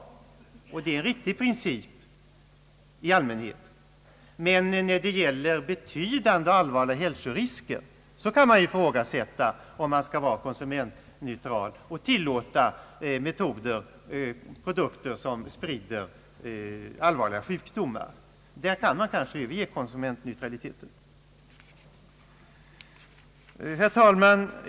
Det är i allmänhet en riktig princip. Men när det gäller betydande och allvarliga hälsorisker kan man ifrågasätta om vi skall vara konsumentneutrala och tillåta produkter som sprider allvarliga sjukdomar. Här bör man nog överge konsumentneutraliteten. Herr talman!